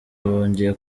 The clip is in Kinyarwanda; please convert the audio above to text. bongeye